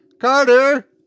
Carter